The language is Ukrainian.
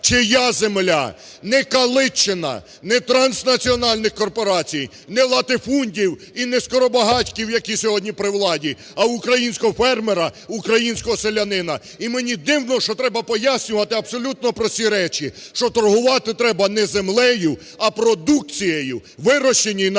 чия земля? Не Калитчина, не транснаціональних корпорацій, не латифундів і не скоробагатьків, які сьогодні при владі, а українського фермера, українського селянина. І мені дивно, що треба пояснювати абсолютно прості речі, що торгувати треба не землею, а продукцією, вирощеною на рідній